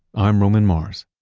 i'm roman mars